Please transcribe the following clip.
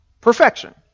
Perfection